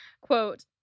quote